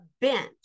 bench